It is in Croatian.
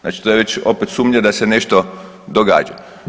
Znači to je već opet sumnja da se nešto događa.